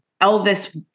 Elvis